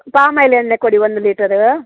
palm oil ಎಣ್ಣೆ ಕೊಡಿ ಒಂದು ಲೀಟರೂ